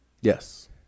Yes